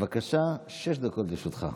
בבקשה, שש דקות לרשותך.